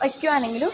വെയ്ക്കുകയാണെങ്കിലും